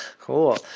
Cool